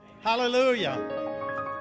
Hallelujah